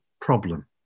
problem